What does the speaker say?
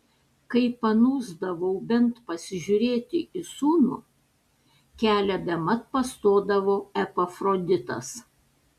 kai panūsdavau bent pasižiūrėti į sūnų kelią bemat pastodavo epafroditas